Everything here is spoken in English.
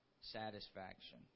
satisfaction